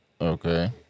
Okay